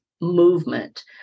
movement